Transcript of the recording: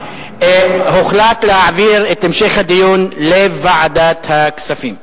הוחלט להעביר את המשך הדיון לוועדת הכספים.